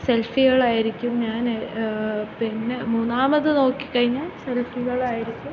സെൽഫികളായിരിക്കും ഞാൻ പിന്നെ മൂന്നാമത് നോക്കി കഴിഞ്ഞാൽ സെൽഫികളായിരിക്കും